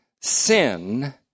sin